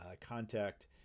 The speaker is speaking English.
contact